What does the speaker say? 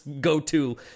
go-to